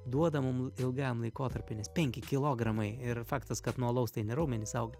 duoda mum ilgam laikotarpiui nes penki kilogramai ir faktas kad nuo alaus tai ne raumenys auga